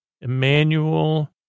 Emmanuel